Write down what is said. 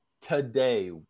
today